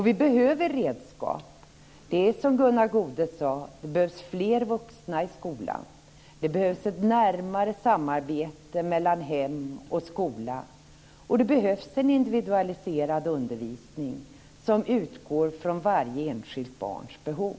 Vi behöver redskap. Det är som Gunnar Goude sade: Det behövs fler vuxna i skolan. Det behövs ett närmare samarbete mellan hem och skola. Det behövs en individualiserad undervisning som utgår från varje enskilt barns behov.